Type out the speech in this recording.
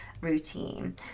routine